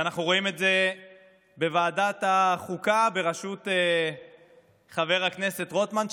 ואנחנו רואים את זה בוועדת החוקה בראשות חבר הכנסת רוטמן,